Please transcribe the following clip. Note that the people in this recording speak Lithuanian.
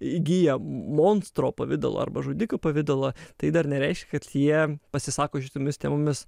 įgyja monstro pavidalą arba žudiko pavidalą tai dar nereiškia kad jie pasisako šitomis temomis